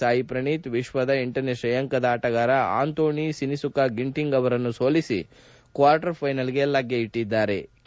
ಸಾಯಿ ಪ್ರಣೀತ್ ವಿಶ್ವದ ಲನೇ ಶ್ರೇಯಾಂಕದ ಆಣಗಾರ ಆಂಥೋಣಿ ಸಿನಿಸುಕ ಗಿಂಟಿಂಗ್ ಅವರನ್ನು ಸೋಲಿಸಿ ಕ್ವಾರ್ಟರ್ ಥೈನಲ್ಸ್ ಪ್ರವೇಶಿಸಿದರೆ ಕೆ